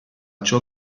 ciò